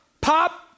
Pop